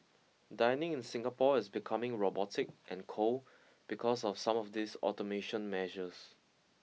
dining in Singapore is becoming robotic and cold because of some of these automation measures